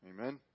Amen